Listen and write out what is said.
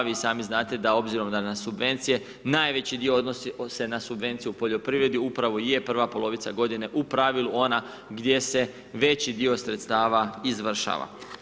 Vi i sami znate da obzirom da na subvencije najveći dio odnosi se na subvenciju u poljoprivredni, upravo i je prva polovica godine u pravilu ona gdje se veći dio sredstava izvršava.